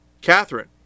catherine